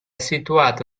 situato